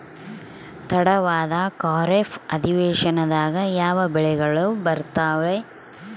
ತಡವಾದ ಖಾರೇಫ್ ಅಧಿವೇಶನದಾಗ ಯಾವ ಬೆಳೆಗಳು ಬರ್ತಾವೆ?